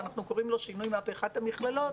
שאנחנו קוראים לו שינוי מהפכת המכללות,